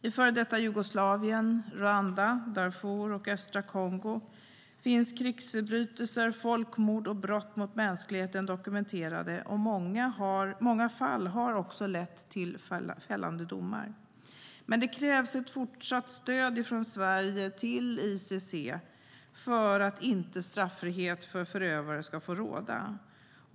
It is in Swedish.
I före detta Jugoslavien, Rwanda, Darfur och östra Kongo finns krigsförbrytelser, folkmord och brott mot mänskligheten dokumenterade, och många fall har också lett till fällande domar. Men det krävs ett fortsatt stöd från Sverige till ICC för att inte straffrihet för förövare får råda.